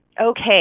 okay